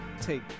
take